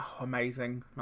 Amazing